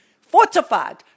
Fortified